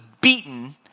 beaten